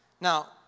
Now